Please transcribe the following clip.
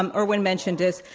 um erwin mentioned this.